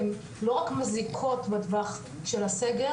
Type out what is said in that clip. הם לא רק מזיקות בטווח של הסגר,